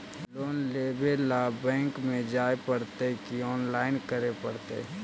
Loan लेवे ल bank में जाय पड़तै कि औनलाइन करे पड़तै?